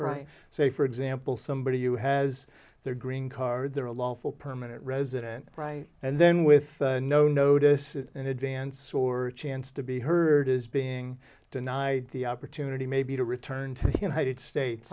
right say for example somebody who has their green card they're a lawful permanent resident and then with no notice in advance or a chance to be heard is being denied the opportunity maybe to returned to the united states